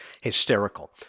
hysterical